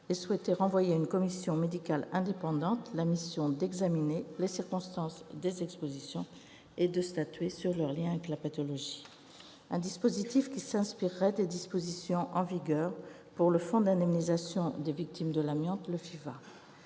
et souhaitez renvoyer à une commission médicale indépendante la mission d'examiner les circonstances des expositions et de statuer sur leur lien avec la pathologie. Il s'agit d'un dispositif qui s'inspirerait des dispositions en vigueur pour le Fonds d'indemnisation des victimes de l'amiante, le FIVA.